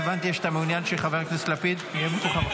הבנתי שאתה מעוניין שחבר הכנסת לפיד יהיה במקומך,